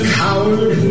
coward